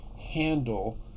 handle